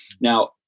Now